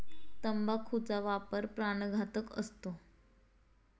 तंबाखूचा वापर प्राणघातक असतो